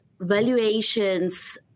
valuations –